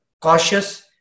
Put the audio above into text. cautious